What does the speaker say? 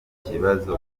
ikibazo